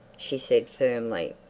she said firmly.